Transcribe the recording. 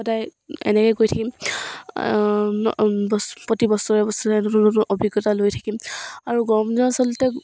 সদায় এনেকৈ গৈ থাকিম প্ৰতি বছৰে বছৰে নতুন নতুন অভিজ্ঞতা লৈ থাকিম আৰু গৰম দিনত আচলতে